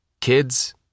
Kids